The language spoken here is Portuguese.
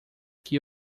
que